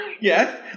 yes